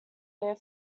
air